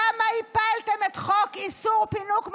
למה הפלתם את חוק איסור פינוק מחבלים?